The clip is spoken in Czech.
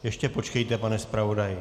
Ještě počkejte, pane zpravodaji...